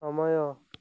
ସମୟ